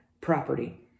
property